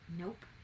Nope